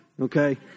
okay